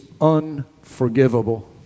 unforgivable